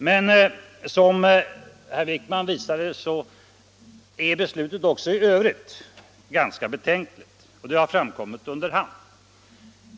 Men, som herr Wijkman visade, är beslutet även i övrigt ganska betänkligt och det har framkommit under hand.